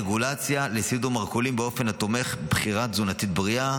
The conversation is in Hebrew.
רגולציה לסידור מרכולים באופן התומך בבחירה תזונתית בריאה.